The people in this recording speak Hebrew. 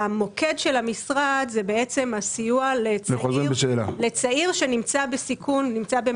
המוקד של המשרד הוא בעצם הסיוע לצעיר שנמצא בסיכון ובמצוקה.